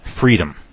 freedom